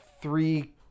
three